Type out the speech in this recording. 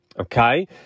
Okay